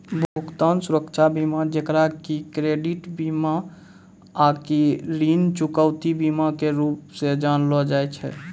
भुगतान सुरक्षा बीमा जेकरा कि क्रेडिट बीमा आकि ऋण चुकौती बीमा के रूपो से जानलो जाय छै